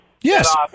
Yes